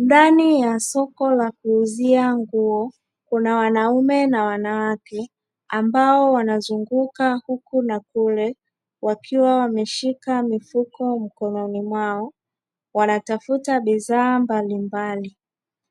Ndani ya soko la kuuzia nguo kuna wanaume na wanawake ambao wanazunguka huku na kule wakiwa wameshika mifuko mkononi mwao wanatafuta bidhaa mbalimbali.